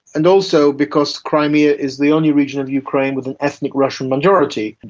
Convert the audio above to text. and also because crimea is the only region of ukraine with an ethnic russian majority, and